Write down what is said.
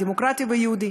דמוקרטי ויהודי.